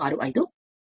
8